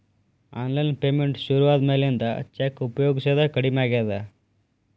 online payment ಶುರುವಾದ ಮ್ಯಾಲಿಂದ cheque ಉಪಯೊಗಸೋದ ಕಡಮಿ ಆಗೇದ